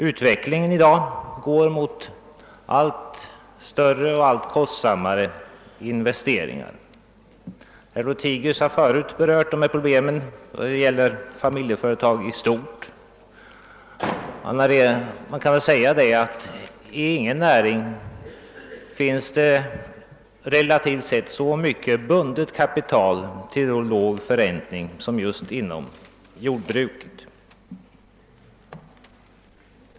Utvecklingen går också mot allt kostsammare anläggningar. Herr Lothigius har berört detta problem när det gäller familjeföretag i stort. I ingen annan näring finns det relativt sett så mycket bundet kapital med låg förräntning som just inom jordbruket.